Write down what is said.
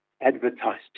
advertised